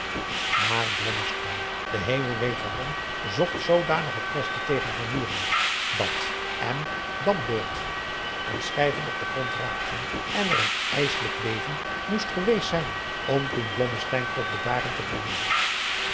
blommesteyn de hemel weet waarom zocht zoodanige kwestie tegen van wieringen dat en dambord en schijven op den grond raakten en er een ijsselijk leven moet geweest zijn om toen blommesteyn tot bedaren te brengen